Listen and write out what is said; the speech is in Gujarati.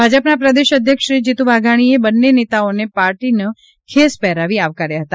ભાજપના પ્રદેશ અધ્યક્ષ શ્રી જીતુ વાઘાણીએ બંને નેતાઓને પાર્ટીનો ખેસ પહેરાવી આવકાર્યા હતા